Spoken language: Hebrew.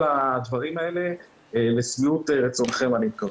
הדברים האלה לשביעות רצונכם אני מקווה.